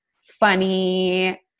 funny